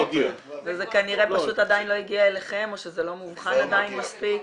זה כנראה פשוט עדיין לא הגיע אליכם או שזה לא מאובחן עדיין מספיק.